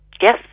Yes